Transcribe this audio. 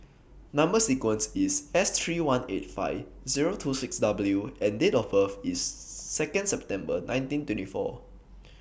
Number sequence IS S three one eight five Zero two six W and Date of birth IS Second December nineteen twenty four